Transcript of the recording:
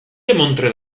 demontre